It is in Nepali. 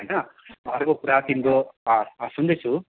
होइन अर्को कुरा तिम्रो सुन्दैछु